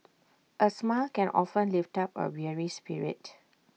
A smile can often lift up A weary spirit